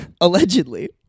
allegedly